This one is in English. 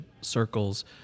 circles